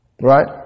right